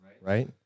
right